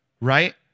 right